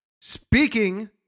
Speaking